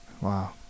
Wow